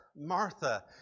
Martha